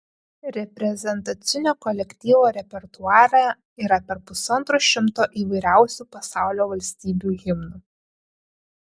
reprezentacinio kolektyvo repertuare yra per pusantro šimto įvairiausių pasaulio valstybių himnų